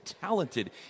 talented